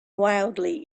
wildly